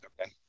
Okay